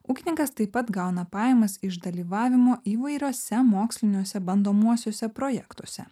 ūkininkas taip pat gauna pajamas iš dalyvavimo įvairiuose moksliniuose bandomuosiuose projektuose